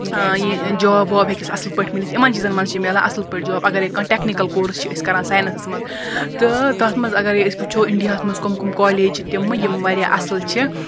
یہِ جاب واب ہیٚکس اصٕل پٲٹھۍ ملِتھ یِمَن چیٖزَن مَنٛز چھِ میلان اصٕل پٲٹھۍ جاب اگرے کانٛہہ ٹیٚکنِکَل کورس چھِ أسۍ کَران ساینَسَس مَنٛز تہٕ تتھ مَنٛز اَگَرے أسۍ وٕچھو اِنڈیا ہَس مَنٛز کٕم کٕم کالج چھِ تِمہ یِم واریاہ اصٕل چھِ